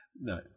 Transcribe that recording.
No